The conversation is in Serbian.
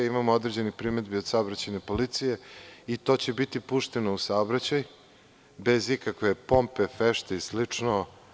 Imamo određene primedbe od saobraćajne policije i to će biti pušteno u saobraćaj, bez ikakve pompe, fešte i slično.